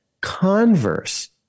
Converse